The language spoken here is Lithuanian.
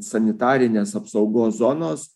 sanitarinės apsaugos zonos